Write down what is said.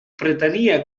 pretenia